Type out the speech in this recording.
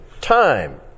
time